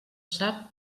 sap